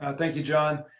ah thank you, john.